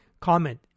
Comment